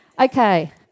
Okay